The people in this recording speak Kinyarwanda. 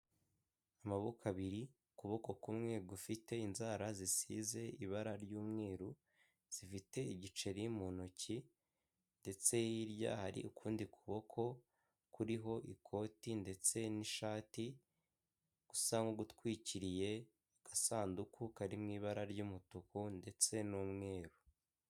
Amaboko abiri ukuboko kumwe gufite inzara zisize ibara ry'umweru, zifite igiceri mu ntoki ndetse hirya hari ukundi kuboko kuriho ikoti ndetse n'ishati gusa nk'ugutwikiriye agasanduku kariri mu ibara ry'umutuku ndetse n'umweru.